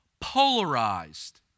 polarized